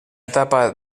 etapa